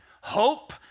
Hope